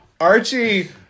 Archie